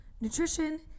nutrition